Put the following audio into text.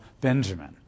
Benjamin